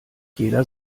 jeder